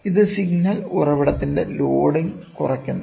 ഇത് സിഗ്നൽ ഉറവിടത്തിന്റെ ലോഡിംഗ് കുറയ്ക്കുന്നു